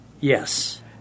Yes